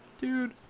Dude